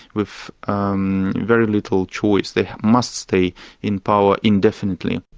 with um very little choice they must stay in power indefinitely.